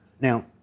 Now